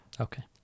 Okay